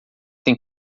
tem